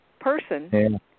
person